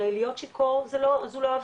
הרי להיות שיכור זו לא עבירה,